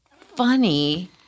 funny